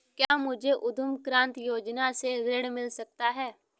क्या मुझे उद्यम क्रांति योजना से ऋण मिल सकता है?